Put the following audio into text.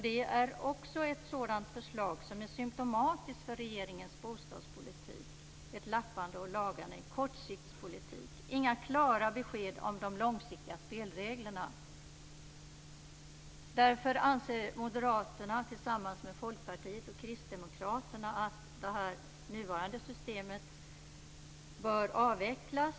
Det förslaget är också symtomatiskt för regeringens bostadspolitik. Det innebär ett lappande och lagande, en kortsiktspolitik. Det ges inga klara besked om de långsiktiga spelreglerna. Därför föreslår Moderaterna, tillsammans med Folkpartiet och Kristdemokraterna, att det nuvarande systemet skall avvecklas.